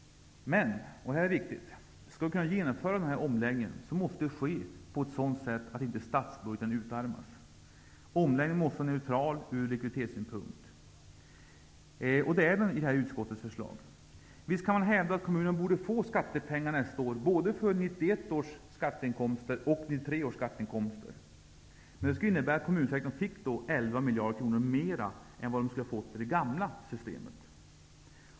Men -- detta är viktigt -- om vi skall kunna genomföra denna omläggning, måste den ske på ett sådant sätt att statsbudgeten inte utarmas. Omläggningen måste vara neutral ur likviditetssynpunkt. Det är den enligt utskottets förslag. Visst kan man hävda att kommunerna borde få skattepengar nästa år, både för 1991 och 1993 års skatteinkomster. Men det skulle innebära att kommunsektorn fick 11 miljarder kronor mer än den skulle ha fått genom det gamla systemet.